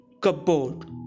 cupboard